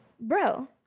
bro